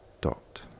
dot